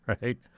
right